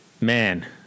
man